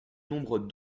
nombre